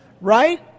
Right